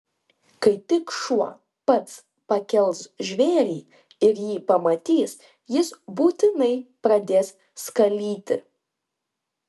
kai tik šuo pats pakels žvėrį ir jį pamatys jis būtinai pradės skalyti